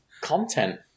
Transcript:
content